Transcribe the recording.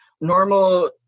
normal